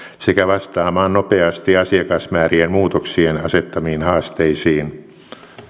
sekä vastaamaan nopeasti asiakasmäärien muutoksien asettamiin haasteisiin